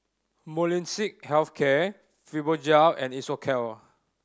Molnylcke Health Care Fibogel and Isocal